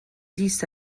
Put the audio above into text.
dix